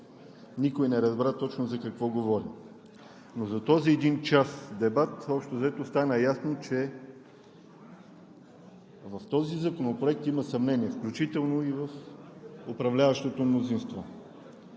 никой не разбра точно за какво говорим. Но за този един час дебат общо взето стана ясно, че в този законопроект има съмнения, включително и в управляващото мнозинство.